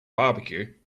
barbecue